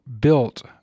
built